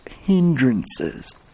hindrances